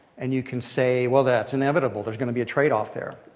and you can say, well, that's inevitable. there's going to be a trade-off there.